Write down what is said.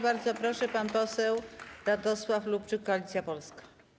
Bardzo proszę, pan poseł Radosław Lubczyk, Koalicja Polska.